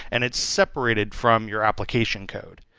and it's separated from your application code.